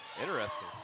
Interesting